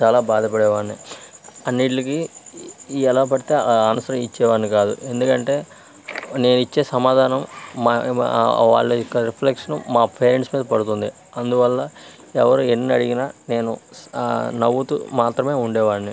చాలా బాధపడేవాడిని అన్నింట్లకి ఎలా పడితే అలా ఆన్సర్ ఇచ్చేవాడిని కాదు ఎందుకంటే నేను ఇచ్చే సమాధానం మా ఆ వాళ్ళ యొక్క రిఫ్లెక్షన్ మా పేరెంట్స్ మీద పడుతుంది అందువల్ల ఎవరు ఎన్ని అడిగిన నేను స్ నవ్వుతూ మాత్రమే ఉండేవాడిని